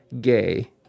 gay